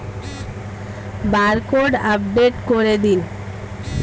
Barcode update করে দিন?